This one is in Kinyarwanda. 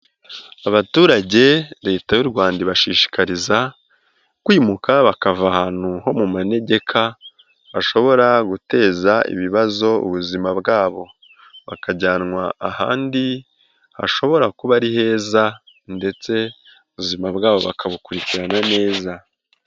Abaturage Leta y'u Rwanda ibashishikariza kwimuka bakava ahantu ho mu manegeka bashobora guteza ibibazo ubuzima bwabo, bakajyanwa ahandi hashobora kuba ari heza ndetse ubuzima bwabo bakabukurikirana neza.